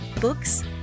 books